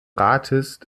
rates